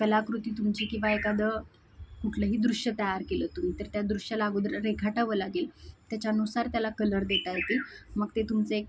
कलाकृती तुमची किंवा एखादं कुठलंही दृश्य तयार केलं तुम्ही तर त्या दृश्यला अगोदर रेखाटावं लागेल त्याच्यानुसार त्याला कलर देता येतील मग ते तुमचं एक